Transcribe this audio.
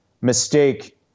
mistake